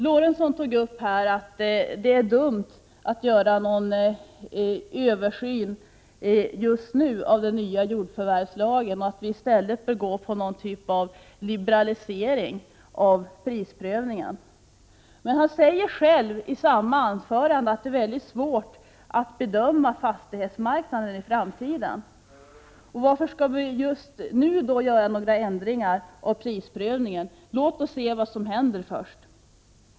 Lorentzon sade att det är dumt att göra en översyn av den nya jordförvärvslagen just nu och att någon typ av liberalisering av prisprövningen hellre bör göras. Men han sade själv i samma anförande att det är mycket svårt att bedöma fastighetsmarknaden i framtiden. Varför skall vi då göra några ändringar i prisprövningen just nu? Låt oss se vad som händer först!